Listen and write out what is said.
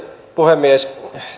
puhemies